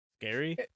Scary